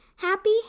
Happy